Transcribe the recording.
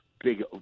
big